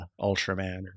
Ultraman